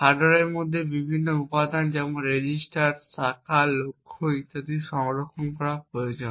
হার্ডওয়্যারের মধ্যে বিভিন্ন উপাদান যেমন রেজিস্টার শাখা ইতিহাস লক্ষ্য ইত্যাদি সংরক্ষণ করা প্রয়োজন